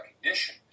recognition